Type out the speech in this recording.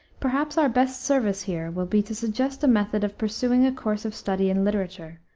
perhaps our best service here will be to suggest a method of pursuing a course of study in literature,